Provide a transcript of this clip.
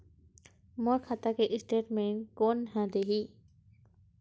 मोर खाता के स्टेटमेंट कोन ह देही?